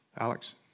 Alex